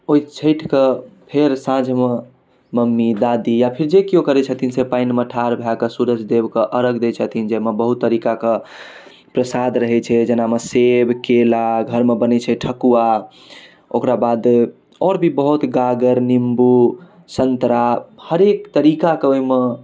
ओहि छठिके फेर साँझमे मम्मी दादी या फेर जे केओ करै छथिन से पानिमे ठाढ़ भऽ कऽ सुरुजदेवके अरघ दै छथिन जाहिमे बहुत तरीकाके प्रसाद रहै छै जेनामे सेब केला घरमे बनै छै ठकुआ ओकरा बाद आओर भी बहुत गागर नीम्बु सन्तरा हरेक तरीकाके ओहिमे